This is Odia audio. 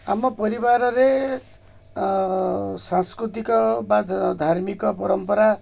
ଆମ ପରିବାରରେ ସାଂସ୍କୃତିକ ବା ଧାର୍ମିକ ପରମ୍ପରା